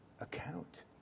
account